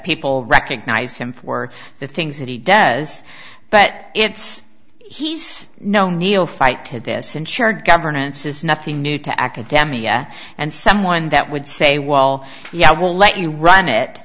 people recognize him for the things that he does but it's he's no neo fight to this ensure governance is nothing new to akademi yeah and someone that would say well yeah we'll let you run it